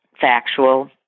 factual